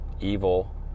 evil